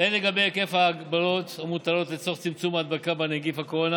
הן לגבי היקף ההגבלות המוטלות לצורך צמצום ההדבקה בנגיף הקורונה